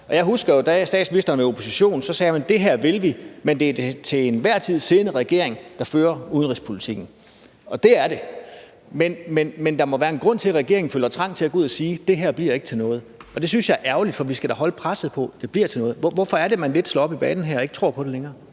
jo, at man, da statsministeren var i opposition, sagde: Det her vil vi, men det er den til enhver tid siddende regering, der fører udenrigspolitikken. Og det er det. Men der må være en grund til, at regeringen føler trang til at gå ud og sige: Det her bliver ikke til noget. Det synes jeg er ærgerligt, for vi skal da holde presset på, at det bliver til noget. Hvorfor er det, at man lidt slår op i banen her og ikke tror på det længere?